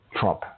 Trump